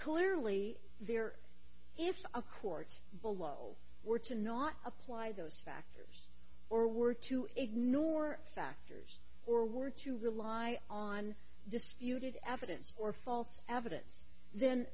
clearly there if a court below were to not apply those factors or were to ignore factors or were to rely on disputed evidence or false evidence then